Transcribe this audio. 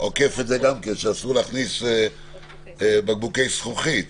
שאוכף את זה גם כן, שאסור להכניס בקבוקי זכוכית.